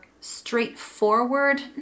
straightforward